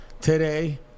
today